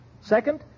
second